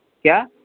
क्या